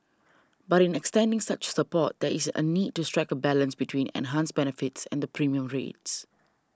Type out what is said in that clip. but in extending such support there is a need to strike a balance between enhanced benefits and premium rates